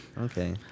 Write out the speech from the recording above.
okay